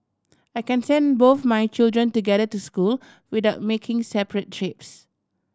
I can send both my children together to school without making separate trips